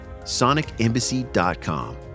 sonicembassy.com